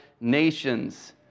nations